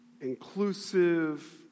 inclusive